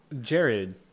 Jared